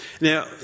Now